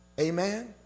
amen